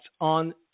on